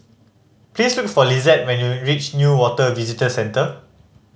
please look for Lissette when you reach Newater Visitor Centre